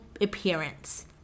appearance